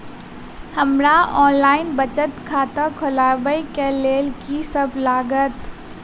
हमरा ऑनलाइन बचत खाता खोलाबै केँ लेल की सब लागत?